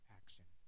action